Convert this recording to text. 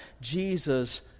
Jesus